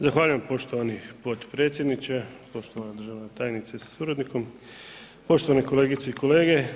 Zahvaljujem poštovani potpredsjedniče, poštovana državna tajnice sa suradnikom, poštovane kolegice i kolege.